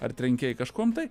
ar trenkei kažkuom tai